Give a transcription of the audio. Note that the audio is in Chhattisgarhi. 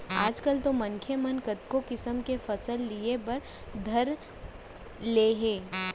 आजकाल तो मनसे मन कतको किसम के फसल लिये बर धर ले हें